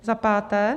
Za páté.